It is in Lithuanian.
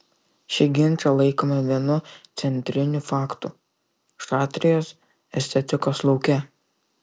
šį ginčą laikome vienu centrinių faktų šatrijos estetikos lauke